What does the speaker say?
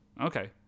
Okay